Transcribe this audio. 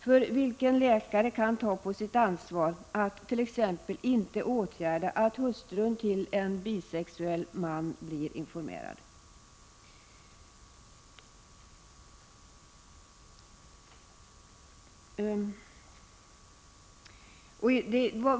För vilken läkare kan ta på sitt ansvar att t.ex. inte åtgärda att hustrun till en bisexuell man blir informerad?